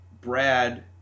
Brad